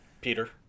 Peter